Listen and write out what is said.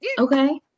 Okay